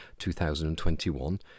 2021